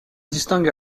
distingue